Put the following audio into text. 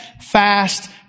fast